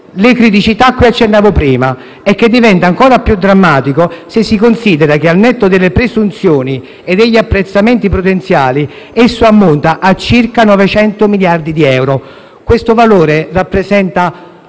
le criticità a cui accennavo prima e che diventa ancora più drammatico se si considera che al netto delle presunzioni e apprezzamenti prudenziali esso ammonta a circa 900 miliardi di euro, soltanto per la